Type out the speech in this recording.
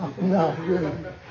No